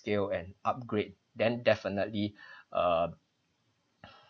~skill and upgrade then definitely ah